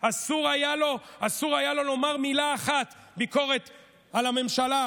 אסור היה לו לומר מילה אחת כביקורת על הממשלה,